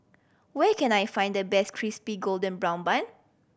where can I find the best Crispy Golden Brown Bun